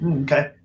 Okay